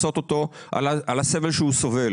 כדי לפצות אותו על הסבל שהוא סובל.